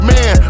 Man